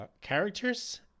characters